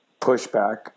pushback